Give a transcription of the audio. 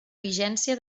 vigència